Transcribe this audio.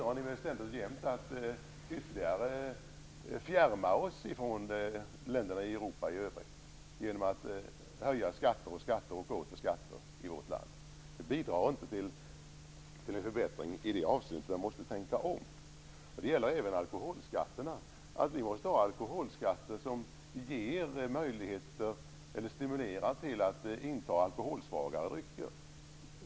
Att ständigt höja skatterna i vårt land bidrar till att ytterligare fjärma oss från de övriga länderna i Europa. I det avseendet måste ni tänka om. Detta gäller även för alkoholskatterna. Vi måste ha alkoholskatter som stimulerar till intagande av alkoholsvagare drycker.